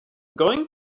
going